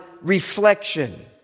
reflection